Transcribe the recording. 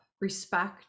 respect